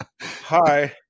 Hi